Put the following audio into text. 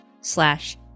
slash